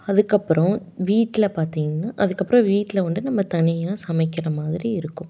அதுக்கப்பறம் வீட்டில் பார்த்தீங்கன்னா அதுக்கப்பறம் வீட்டில் வந்துட்டு நம்ம தனியாக சமைக்கிற மாதிரி இருக்கும்